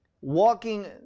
walking